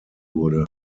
wurde